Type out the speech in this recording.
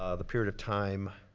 ah the period of time